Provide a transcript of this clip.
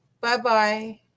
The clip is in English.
Bye-bye